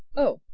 oh,